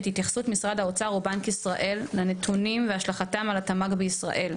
התייחסות משרד האוצר או בנק ישראל לנתונים והשלכתם על התמ"ג בישראל.